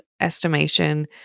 estimation